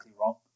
wrong